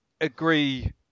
agree